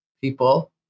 people